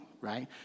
right